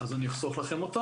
אז אני אחסוך לכם אותו.